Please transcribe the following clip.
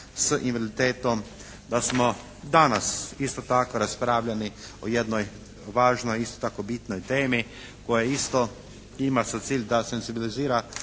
s invaliditetom, da smo danas isto tako raspravljali o jednoj važnoj isto tako bitnoj temi koja isto ima za cilj da senzibilizira